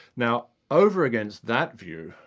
now, over against that view,